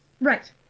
Right